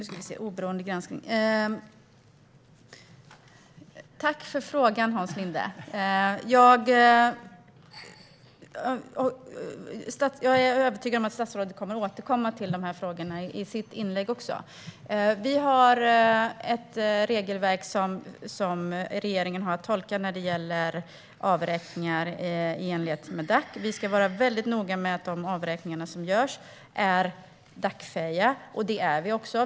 Fru ålderspresident! Tack för frågan, Hans Linde! Jag är övertygad om att statsrådet i sitt inlägg kommer att återkomma till de här frågorna. Vi har ett regelverk som regeringen har att tolka när det gäller avräkningar i enlighet med Dac. Vi ska vara väldigt noga med att de avräkningar som görs är Dacfähiga, och det är vi också.